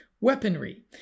weaponry